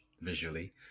visually